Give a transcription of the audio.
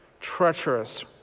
treacherous